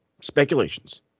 speculations